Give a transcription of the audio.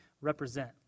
represent